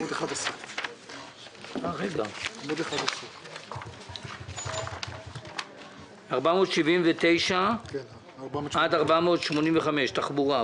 עמ' 11. 479 עד 485 תחבורה.